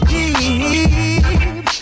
deep